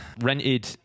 rented